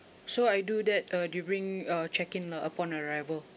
so I do that uh during uh check in lah upon arrival